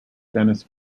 dennis